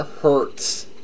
hurts